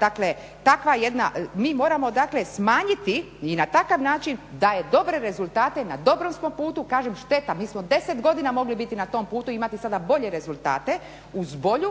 Dakle, takva jedna, mi moramo dakle smanjiti i na takav način daje dobre rezultate. Na dobrom smo putu. Kažem šteta, mi smo 10 godina mogli biti na tom putu i imati sada bolje rezultate uz bolji